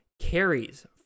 carries